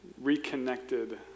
reconnected